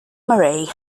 marie